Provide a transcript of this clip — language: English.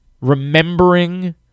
remembering